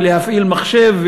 ולהפעיל מחשב,